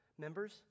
Members